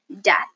death